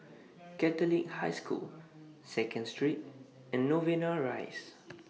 Catholic High School Second Street and Novena Rise